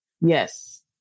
Yes